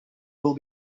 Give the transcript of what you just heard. will